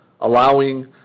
allowing